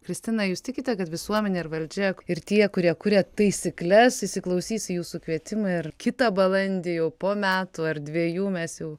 kristina jūs tikite kad visuomenė ir valdžia ir tie kurie kuria taisykles įsiklausys į jūsų kvietimą ir kitą balandį jau po metų ar dvejų mes jau